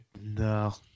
No